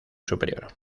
superior